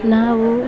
ನಾವು